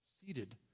Seated